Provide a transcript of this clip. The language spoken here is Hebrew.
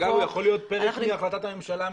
אגב, זה יכול להיות פרק מהחלטת הממשלה.